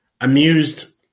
amused